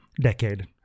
decade